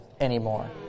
anymore